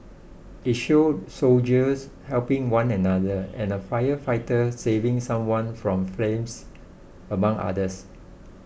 it showed soldiers helping one another and a firefighter saving someone from flames among others